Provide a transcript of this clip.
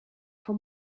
for